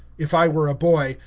if i were a boy,